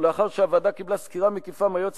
ולאחר שהוועדה קיבלה סקירה מקיפה מהיועץ